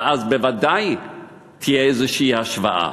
ואז בוודאי תהיה איזו השוואה.